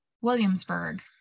Williamsburg